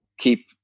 Keep